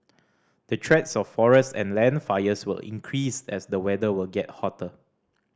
the threats of forest and land fires will increase as the weather will get hotter